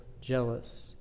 jealous